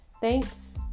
thanks